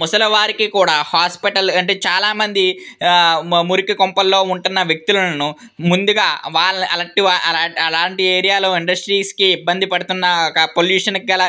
ముసలివారికి కూడా హాస్పిటల్ అంటే చాలామంది మురికి కొంపలలో ఉంటున్న వ్యక్తులను ముందుగా వాళ్ళ అలాంటి అలాంటి ఏరియాలో ఇండస్ట్రీస్కి ఇబ్బంది పడుతున్న ఒక పొల్యూషన్కి గల